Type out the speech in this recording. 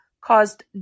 caused